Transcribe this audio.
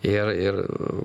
ir ir